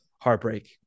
heartbreak